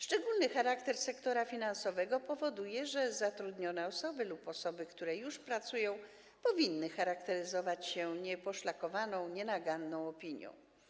Szczególny charakter sektora finansowego powoduje, że zatrudnione osoby lub osoby, które już pracują, powinny charakteryzować się nieposzlakowaną, nienaganną opinią.